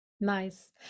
nice